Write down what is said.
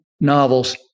novels